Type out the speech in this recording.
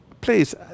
Please